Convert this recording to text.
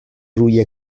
روی